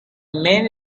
man